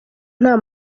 nta